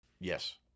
Yes